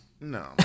no